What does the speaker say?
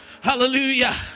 Hallelujah